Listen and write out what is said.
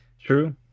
True